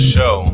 Show